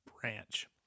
branch